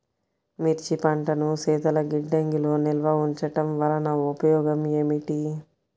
మిర్చి పంటను శీతల గిడ్డంగిలో నిల్వ ఉంచటం వలన ఉపయోగం ఏమిటి?